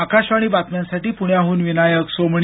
आकाशवाणी बातम्यांसाठी पुण्याहून विनायक सोमणी